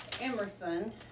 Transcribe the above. Emerson